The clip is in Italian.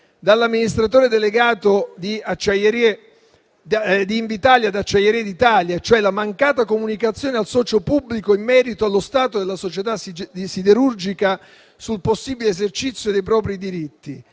dall'amministratore delegato di Invitalia ad Acciaierie d'Italia, cioè la mancata comunicazione al socio pubblico in merito allo stato della società siderurgica sul possibile esercizio dei propri diritti.